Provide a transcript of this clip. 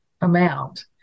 amount